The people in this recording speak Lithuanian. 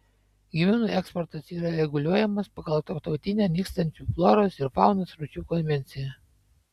gyvūnų eksportas yra reguliuojamas pagal tarptautinę nykstančių floros ir faunos rūšių konvenciją